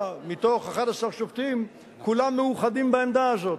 מתוך 11 שופטים כולם מאוחדים בעמדה הזאת?